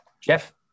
jeff